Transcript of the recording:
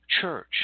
church